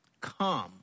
come